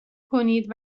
کنید